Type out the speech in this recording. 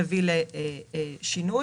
בבקשה.